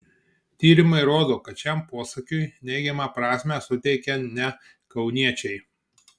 tyrimai rodo kad šiam posakiui neigiamą prasmę suteikia ne kauniečiai